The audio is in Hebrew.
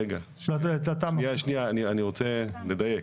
רגע, אני רוצה לדייק.